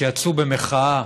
שיצאו במחאה